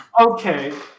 Okay